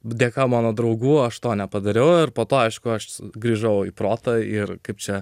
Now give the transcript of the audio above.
dėka mano draugų aš to nepadariau ar po to aišku aš grįžau į protą ir kaip čia